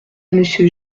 monsieur